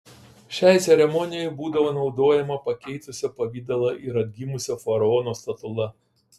šiai ceremonijai būdavo naudojama pakeitusio pavidalą ir atgimusio faraono statula